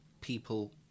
people